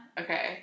Okay